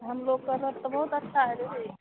हम लोग की रोड तो बहुत अच्छी है दिदी